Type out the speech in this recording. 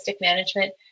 management